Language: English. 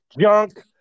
junk